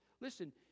Listen